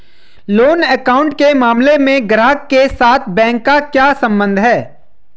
Loan account के मामले में ग्राहक के साथ बैंक का क्या संबंध है?